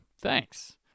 thanks